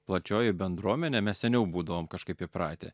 plačioji bendruomenė mes seniau būdavom kažkaip įpratę